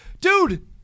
dude